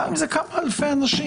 גם אם זה כמה אלפי אנשים.